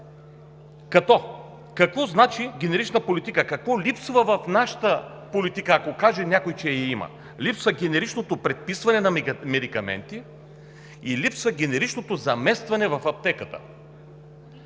Какво значи „генерична политика“? Какво липсва в нашата политика, ако някой каже, че я има? Липсва генеричното предписване на медикаменти и липсва генеричното заместване в аптеката.